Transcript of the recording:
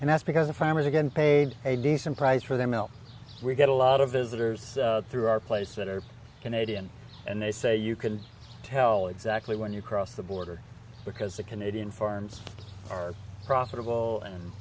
and that's because the farmers are getting paid a decent price for their milk we get a lot of visitors through our place that are canadian and they say you can tell exactly when you cross the border because the canadian farms are profitable and